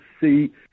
see